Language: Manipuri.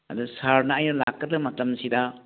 ꯑꯗꯣ ꯁꯥꯔꯅ ꯑꯩꯅ ꯂꯥꯛꯀꯗꯕ ꯃꯇꯝꯁꯤꯗ